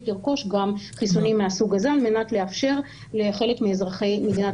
לרכוש גם חיסונים מהסוג הזה על מנת לאפשר לחלק מאזרחי מדינת